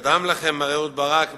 וקדם לכם מר אהוד ברק בקמפ-דייוויד,